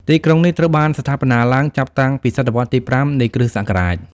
ទីក្រុងនេះត្រូវបានស្ថាបនាឡើងចាប់តាំងពីសតវត្សរ៍ទី៥ នៃគ.ស។